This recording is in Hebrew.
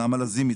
נעמה לזימי,